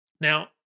Now